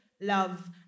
love